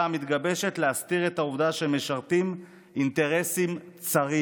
המתגבשת להסתיר את העובדה שהם משרתים אינטרסים צרים?